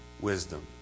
wisdom